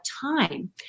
time